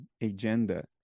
agenda